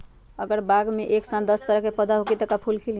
अगर बाग मे एक साथ दस तरह के पौधा होखि त का फुल खिली?